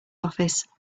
office